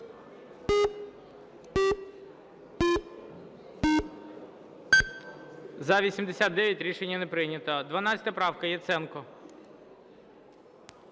За-89 Рішення не прийнято. 12 правка, Яценко.